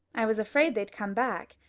i was afraid they'd come back.